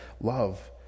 love